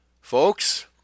Folks